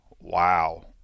wow